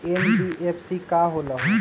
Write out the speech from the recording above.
NBFC का होलहु?